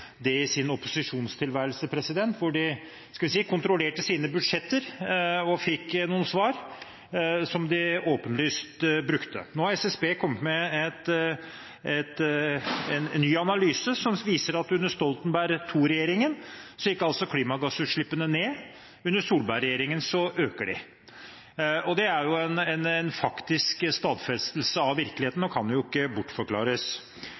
det i sin opposisjonstilværelse, da de – skal vi si – kontrollerte sine budsjetter og fikk noen svar som de åpenlyst brukte. Nå har SSB kommet med en ny analyse, som viser at under Stoltenberg II-regjeringen gikk klimagassutslippene ned, under Solberg-regjeringen øker de. Det er en faktisk stadfestelse av virkeligheten og kan ikke bortforklares.